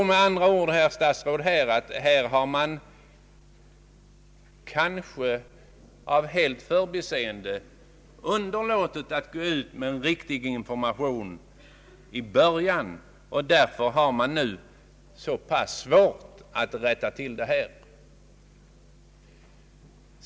Med andra ord tror jag, herr statsråd, att man här, kanske helt av förbiseende, har underlåtit att gå ut med en riktig information redan från början. Därför är det nu ganska svårt att rätta till det hela.